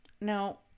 Now